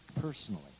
personally